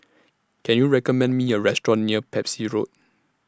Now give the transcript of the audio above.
Can YOU recommend Me A Restaurant near Pepys Road